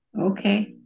Okay